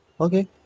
okay